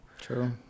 true